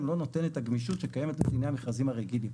לא נותן את הגמישות שקיימת בדיני המכרזים הרגילים.